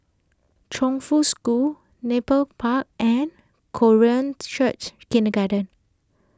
Chongfu School Nepal Park and Korean Church Kindergarten